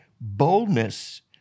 boldness